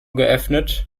geöffnet